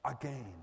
again